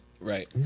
right